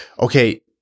okay